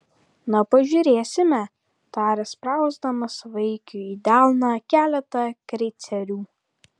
na pažiūrėsime tarė sprausdamas vaikiui į delną keletą kreicerių